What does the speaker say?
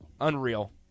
Unreal